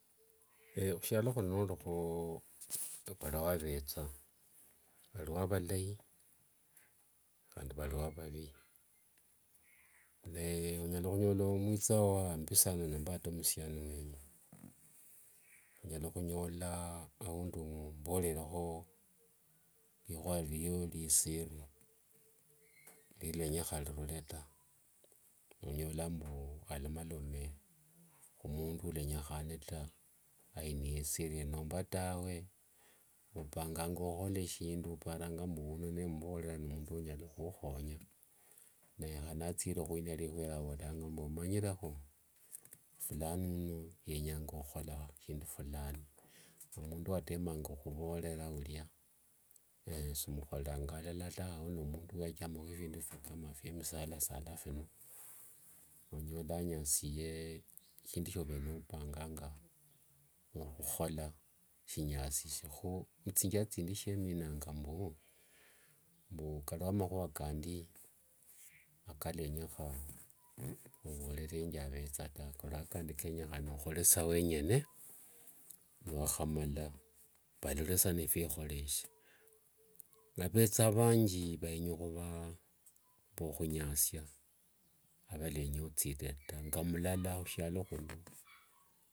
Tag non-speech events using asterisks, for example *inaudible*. Khushialo khuno norikho opara wavetha, valio valai handi valio vavi. Ne onyala khunyola mwitha wao wambi sana nomba ata musiani wenyu, onyala khunyola aundi omuvorerakho likhua lio lisiri lialenyekha lirure ta, nonyola mbu alomalome khumundu walenyekhane ta, ainiye isiri yao nomba tawe opanganga khukhola shindu, oparanga mbu uno nimuvorera ni mundu unyala khukhonya, naye khane athire khwinia likhua mbu omanyirekho? Fulani uno yenyanga khukhola ari, shindu fulani. Mundu watemanga khuvorera ulia be simukhoreranga alala tawe ni mundu wachama phindu phie musalasala phino, onyola anyasiye shindu shiovere nopanga okhukhola, shinyasikhekho. Muthinjira thindi shieminanga mbu, mbu kalio makhua akalenyekha *noise* ovorerenge avetha ta kalio kandi kenyekhana okhole wenyene niwakhamala valole sa niphikhoreshe. Navetha vangi, venya khuva mbu ukhunyasia avalenya othirire ta nga mulala khushialo khundi. *noise*